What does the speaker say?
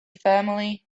family